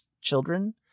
children